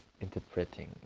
interpreting